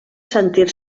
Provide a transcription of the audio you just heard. sentir